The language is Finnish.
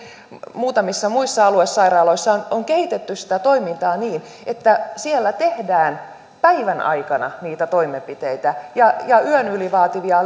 muutamissa muissa aluesairaaloissa on kehitetty sitä toimintaa niin että siellä tehdään päivän aikana niitä toimenpiteitä ja ja yön yli vaativia